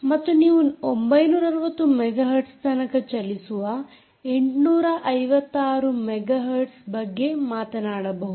ಮತ್ತು ನೀವು 960 megahertz ತನಕ ಚಲಿಸುವ 856 ಮೆಗಾ ಹರ್ಟ್ಸ್ಬಗ್ಗೆ ಮಾತನಾಡಬಹುದು